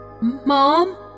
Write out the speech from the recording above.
Mom